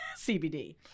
CBD